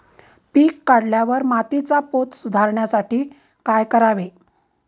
पीक काढल्यावर मातीचा पोत सुधारण्यासाठी काय करावे?